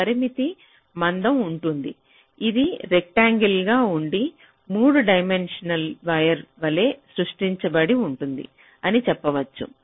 పరిమిత మందం ఉంటుంది ఇది రెక్టాంగిల్ గా ఉండి 3 డైమెన్షనల్ వైర్ వలె సృష్టించబడింది అని చెప్పవచ్చు